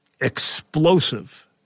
explosive